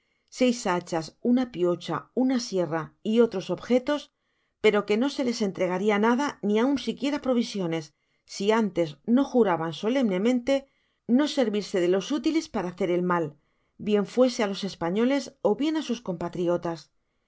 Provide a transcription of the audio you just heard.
seis hachas una piocha una sierra y otros objetos pero que no se les entregaria nada ni aun siquiera provisiones si antes no juraban solemnemente no servirse de los útiles para hacer mal bien fuese á los españoles ó bien á sus compatriotas